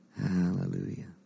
Hallelujah